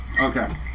Okay